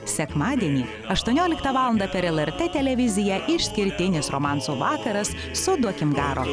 sekmadienį aštuonioliktą valandą per lrt televiziją išskirtinis romansų vakaras su duokim garo